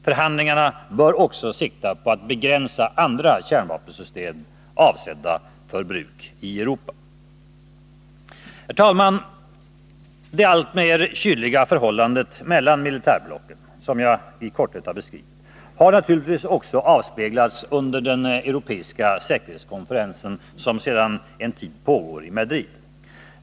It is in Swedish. Förhandlingarna bör också sikta på att begränsa andra kärnvapensystem avsedda för bruk i Europa. Herr talman! Det alltmer kyliga förhållandet mellan militärblocken, vilket jag i korthet har beskrivit, har naturligtvis avspeglats också i den europeiska säkerhetskonferensen, som sedan en tid pågår i Madrid.